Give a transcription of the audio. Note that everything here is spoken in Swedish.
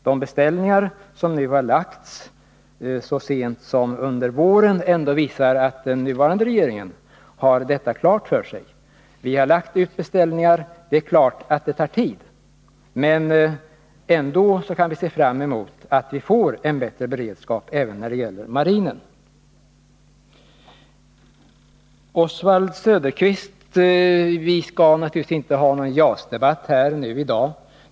De beställningar som lagts ut så sent som under våren visar ändå att den nuvarande regeringen har detta klart för sig. Vi har lagt ut beställningar, men det är klart att det tar tid. Ändå kan vi se fram emot att få en bättre beredskap även när det gäller marinen. Vi skall naturligtvis inte, Oswald Söderqvist, ha någon JAS-debatt i dag.